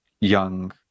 young